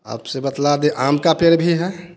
आप से बतला दे आम का पेड़ भी है